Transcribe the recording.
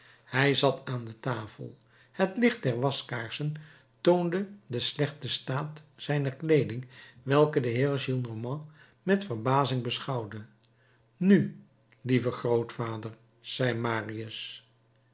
hij zat aan de tafel het licht der waskaarsen toonde den slechten staat zijner kleeding welke de heer gillenormand met verbazing beschouwde nu lieve grootvader zei marius